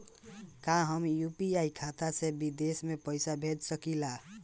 का हम यू.पी.आई खाता से विदेश म पईसा भेज सकिला?